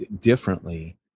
differently